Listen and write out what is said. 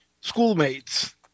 schoolmates